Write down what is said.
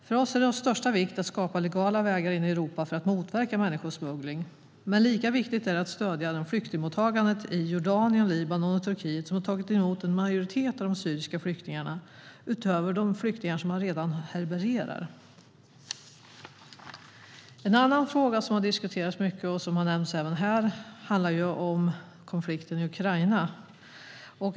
För oss är det av största vikt att man skapar legala vägar in i Europa för att motverka människosmuggling. Men lika viktigt är det att stödja flyktingmottagandet i Jordanien, Libanon och Turkiet, som har tagit emot en majoritet av de syriska flyktingarna utöver de flyktingar man redan härbärgerar. En fråga som har diskuterats mycket, och som har nämnts även här, handlar om konflikten i Ukraina.